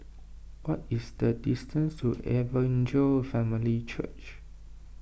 what is the distance to Evangel Family Church